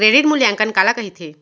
Credit मूल्यांकन काला कहिथे?